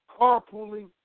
carpooling